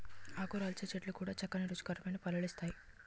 ఆకురాల్చే చెట్లు కూడా చక్కని రుచికరమైన పళ్ళను ఇస్తాయి